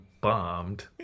bombed